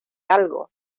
algo